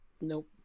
Nope